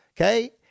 Okay